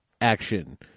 action